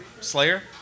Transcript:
Slayer